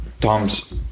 Tom's